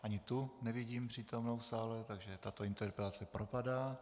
Ani tu nevidím přítomnou v sále, takže tato interpelace propadá.